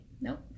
Nope